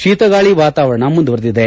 ಶೀತಗಾಳಿ ವಾತಾವರಣ ಮುಂದುವರೆದಿದೆ